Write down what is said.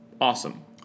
awesome